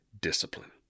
discipline